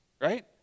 right